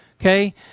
Okay